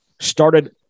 started